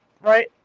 right